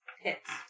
Hits